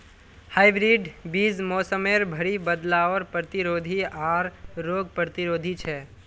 hybrid बीज मोसमेर भरी बदलावर प्रतिरोधी आर रोग प्रतिरोधी छे